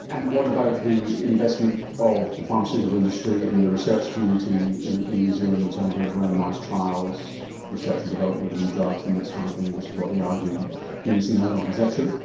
and what about the investment of the pharmaceutical industry in the research community in ah new zealand in terms of randomised trials, research and development of new drugs and that sort of thing, which is what they argue you're missing out on? is that true?